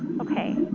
Okay